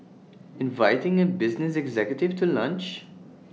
inviting A business executive to lunch